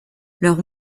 leur